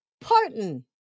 Parton